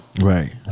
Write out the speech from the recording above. right